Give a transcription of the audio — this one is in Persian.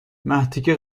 مرتیکه